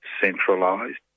centralised